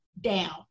down